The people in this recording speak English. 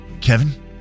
Kevin